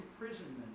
imprisonment